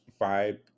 vibe